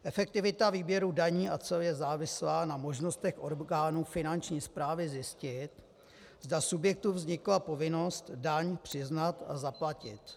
Efektivita výběru daní a cel je závislá na možnostech orgánů finanční správy zjistit, zda subjektu vznikla povinnost daň přiznat a zaplatit.